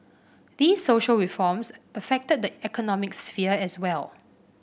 these social reforms affect the economic sphere as well